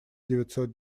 девятьсот